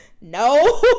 no